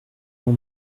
l’on